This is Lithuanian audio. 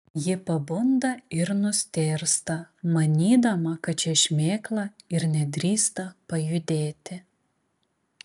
ji pabunda ir nustėrsta manydama kad čia šmėkla ir nedrįsta pajudėti